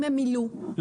אם הם מילאו, אז מה?